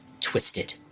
twisted